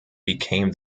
became